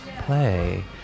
play